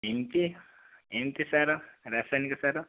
ଏମିତି ଏମିତି ସାର ରାସାୟନିକ ସାର